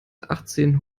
achtzehn